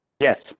yes